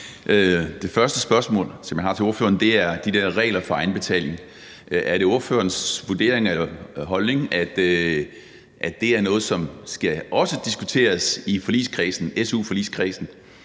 Det første spørgsmål, jeg har til ordføreren, er vedrørende de der regler for egenbetaling. Er det ordførerens vurdering eller holdning, at det er noget, som også skal diskuteres i su-forligskredsen,